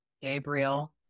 Gabriel